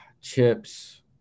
chips